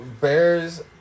bears